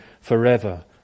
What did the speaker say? forever